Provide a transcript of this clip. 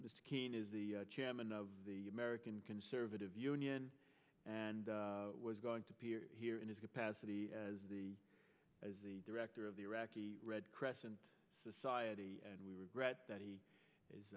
keene is the chairman of the american conservative union and was going to be here in his capacity as the as the director of the iraqi red crescent society and we regret that he is